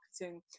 marketing